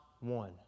one